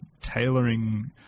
tailoring